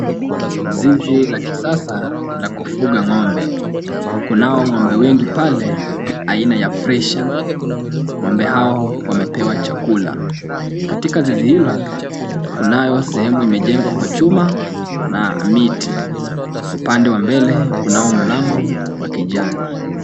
Zizi la kisasa la kufuga ng'ombe. Kunao ng'ombe wengi pale aina ya fresian . Ng'ombe hao wanapewa chakula. Katika zizi hilo, kunayo sehemu imejengwa kwa chuma na miti. Upande wa mbele kunao mlango wa kijani.